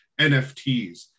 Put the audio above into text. NFTs